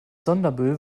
sondermüll